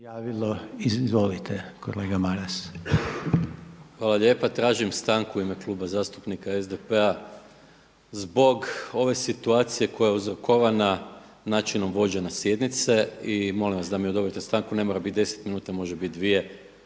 **Maras, Gordan (SDP)** Hvala lijepa. Tražim stanku u ime Kluba zastupnika SDP-a zbog ove situacije koja je uzrokovana načinom vođenja sjednice i molim vas da mi odobrite stanku. Ne mora biti 10 minuta, može bit